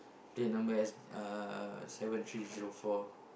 plate number S uh seven three zero four